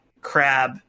crab